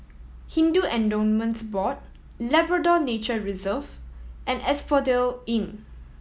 Hindu Endowments Board Labrador Nature Reserve and Asphodel Inn